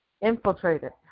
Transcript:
infiltrated